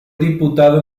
diputado